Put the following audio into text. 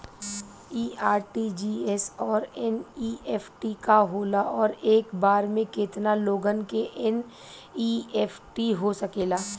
इ आर.टी.जी.एस और एन.ई.एफ.टी का होला और एक बार में केतना लोगन के एन.ई.एफ.टी हो सकेला?